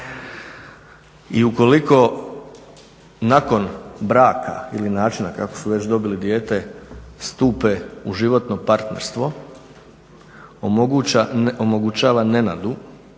i ukoliko nakon braka ili načina kako su već dobili dijete stupe u životno partnerstvo omogućava Nenadu